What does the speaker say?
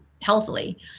healthily